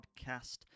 podcast